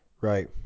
Right